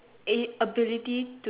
eight ability to